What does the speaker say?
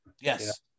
yes